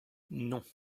non